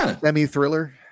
semi-thriller